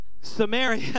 Samaria